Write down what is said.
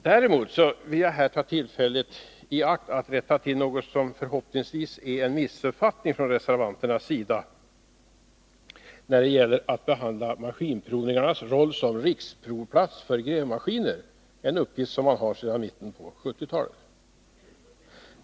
Jag vill emellertid ta tillfället i akt att rätta till någonting som förhoppningsvis är en missuppfattning från reservanternas sida, och det gäller maskinprovningarnas roll i riksprovplatsverksamheten när det gäller grävmaskiner, en uppgift som statens maskinprovningar har sedan mitten på 1970-talet.